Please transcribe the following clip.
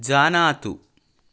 जानातु